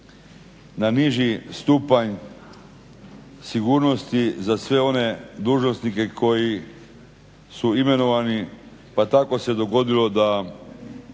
na niži stupanj sigurnosti za sve one dužnosnike koji su imenovani. Pa tako se dogodilo da